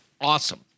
awesome